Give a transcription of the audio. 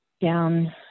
down